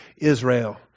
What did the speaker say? Israel